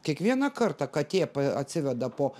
kiekvieną kartą katė atsiveda po